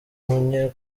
munye